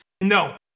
No